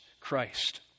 Christ